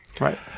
Right